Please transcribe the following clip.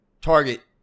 target